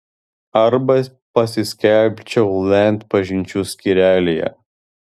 arba pasiskelbčiau land pažinčių skyrelyje